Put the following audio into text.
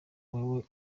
wewe